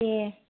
दे